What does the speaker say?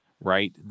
right